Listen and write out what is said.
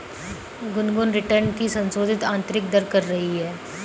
Gungun return की संशोधित आंतरिक दर कर रही है